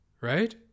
Right